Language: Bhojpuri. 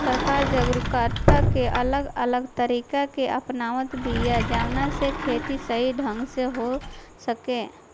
सरकार जागरूकता के अलग अलग तरीका अपनावत बिया जवना से खेती सही ढंग से हो सके